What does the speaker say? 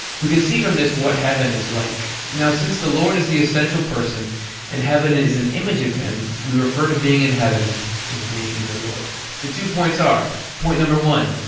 we can see from this what heaven is like. now, since the lord is the essential person and heaven is an image of him, we refer to being in heaven as being in the lord the two points are point number one,